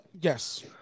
yes